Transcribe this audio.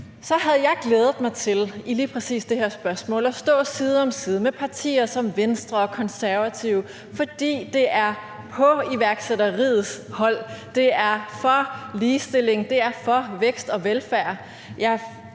det her spørgsmål at stå side om side med partier som Venstre og Konservative, fordi det er på iværksætteriets hold. Det er for ligestilling, det er for vækst og velfærd.